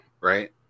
right